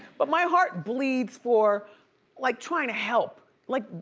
but my heart bleeds for like, trying to help. like,